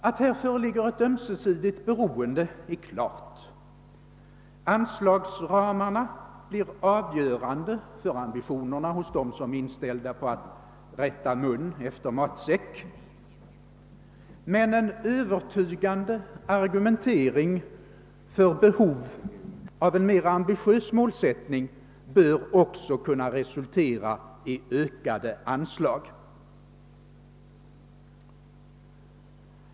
Att här föreligger ett ömsesidigt beroende är klart: anslagsramarna blir avgörande för ambitionerna hos dem som är inställda på att rätta mun efter matsäck. En övertygande argumentering för behov av en mera ambitiös målsättning bör emellertid också kunna resultera i ökade anslag.